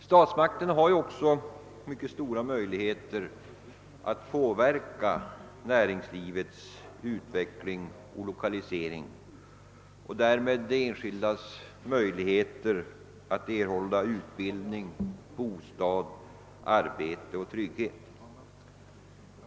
Statsmakterna har ju mycket stora förutsättningar att påverka näringslivets utveckling och lokalisering och därmed de enskildas möjligheter att erhålla utbildning, bostad, arbete och trygghet.